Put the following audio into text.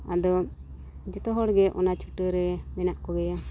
ᱟᱫᱚ ᱡᱚᱛᱚ ᱦᱚᱲ ᱜᱮ ᱚᱱᱟ ᱪᱷᱩᱴᱟᱹᱣ ᱨᱮ ᱢᱮᱱᱟᱜ ᱠᱚᱜᱮᱭᱟ